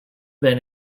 been